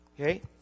Okay